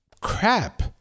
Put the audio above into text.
crap